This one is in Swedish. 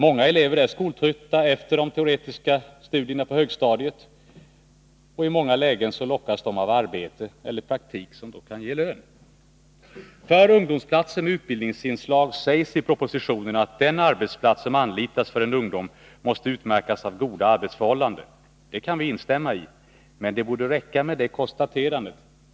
Många elever är skoltrötta efter de teoretiska studierna på högstadiet, och i många lägen lockas de av arbete eller praktik som kan ge lön. För ungdomsplatser med utbildningsinslag sägs i propositionen att den arbetsplats som anlitas för en ungdom måste utmärkas av goda arbetsför hållanden. Det kan vi instämma i. Men det borde räcka med det konstaterandet.